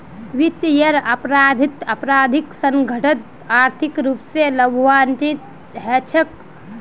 वित्तीयेर अपराधत आपराधिक संगठनत आर्थिक रूप स लाभान्वित हछेक